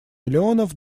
миллионов